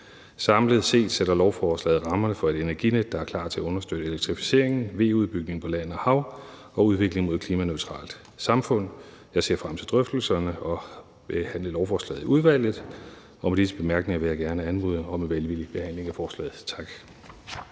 Samlet set sætter lovforslaget rammerne for et Energinet, der er klar til at understøtte elektrificeringen, VE-udbygningen på land og hav og udviklingen mod et klimaneutralt samfund. Jeg ser frem til drøftelserne og til at behandle lovforslaget i udvalget, og med disse bemærkninger vil jeg gerne anmode om en velvillig behandling af forslaget. Tak.